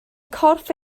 corff